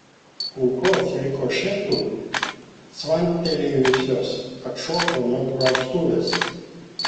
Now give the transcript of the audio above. kulkos rikošetu cvaktelėjusios atšoko nuo praustuvės